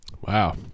Wow